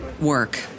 work